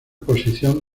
posición